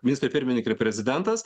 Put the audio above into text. ministrė pirmininkė ir prezidentas